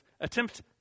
attempt